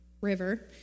river